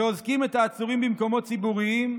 ואוזקים את העצורים במקומות ציבוריים,